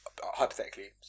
hypothetically